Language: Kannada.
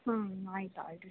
ಹಾಂ ಆಯ್ತು ಆಯಿತು